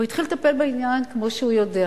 והוא התחיל לטפל בעניין כמו שהוא יודע.